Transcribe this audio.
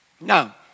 Now